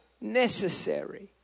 necessary